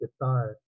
guitar